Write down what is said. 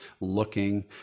looking